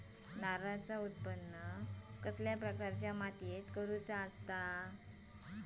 नारळाचा उत्त्पन कसल्या प्रकारच्या मातीत करूचा असता?